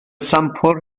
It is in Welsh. sampl